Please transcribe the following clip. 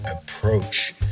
approach